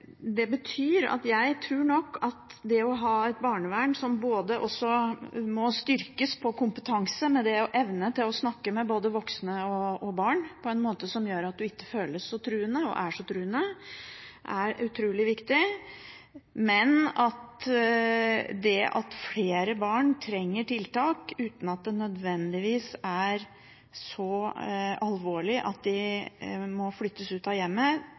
Det betyr at det å ha et barnevern som må styrkes når det gjelder kompetanse, bl.a. det å ha evnen til å snakke med både voksne og barn på en måte som gjør at man ikke føles så truende, og er så truende, er utrolig viktig. Men det at flere barn trenger tiltak uten at det nødvendigvis er så alvorlig at de må flyttes ut av hjemmet,